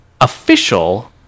official